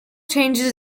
changes